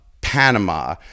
Panama